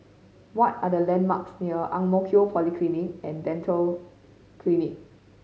what are the landmarks near Ang Mo Kio Polyclinic and Dental Clinic